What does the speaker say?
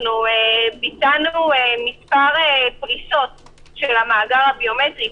ביצענו מספר פריסות של המאגר הביומטרי,